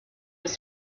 was